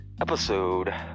episode